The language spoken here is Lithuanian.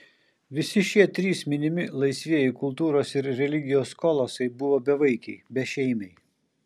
visi šie trys minimi laisvieji kultūros ir religijos kolosai buvo bevaikiai bešeimiai